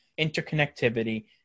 interconnectivity